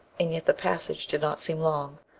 and yet the passage did not seem long,